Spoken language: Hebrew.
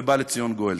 ובא לציון גואל.